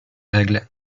règles